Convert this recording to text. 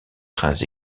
trains